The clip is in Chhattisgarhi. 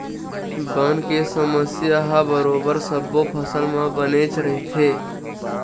बन के समस्या ह बरोबर सब्बो फसल म बनेच रहिथे